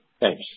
Thanks